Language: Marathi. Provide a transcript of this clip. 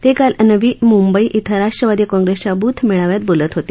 ते काल नवी मुंबई इथं राष्ट्रवादी काँग्रेसच्या बूथ मेळाव्यात बोलत होते